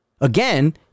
Again